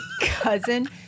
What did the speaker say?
cousin